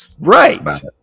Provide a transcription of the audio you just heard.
Right